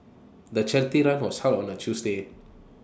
the charity run was held on A Tuesday